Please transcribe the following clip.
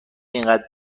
اینقدر